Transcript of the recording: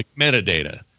metadata